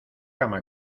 cama